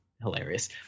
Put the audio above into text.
hilarious